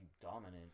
dominant